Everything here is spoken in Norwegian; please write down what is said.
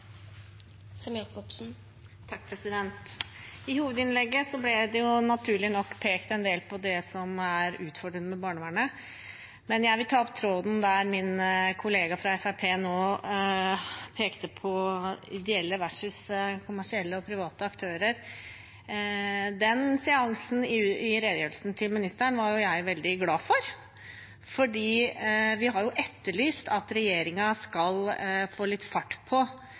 utfordrende med barnevernet, men jeg vil ta opp tråden der min kollega fra Fremskrittspartiet nå pekte på ideelle versus kommersielle og private aktører. Den seansen i redegjørelsen til ministeren var jeg veldig glad for, for vi har jo etterlyst at regjeringen skal få litt fart på